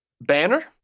Banner